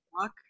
walk